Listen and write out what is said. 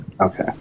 Okay